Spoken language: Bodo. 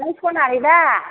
नों स'नारि दा